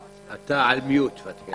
חדשה, אפליית הקורונה כנראה.